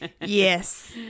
Yes